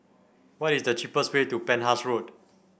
what is the cheapest way to Penhas Road